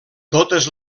totes